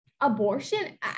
abortion